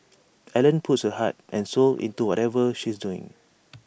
Ellen puts her heart and soul into whatever she's doing